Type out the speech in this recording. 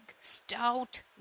stout